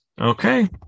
okay